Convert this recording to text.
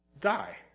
die